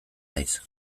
naiz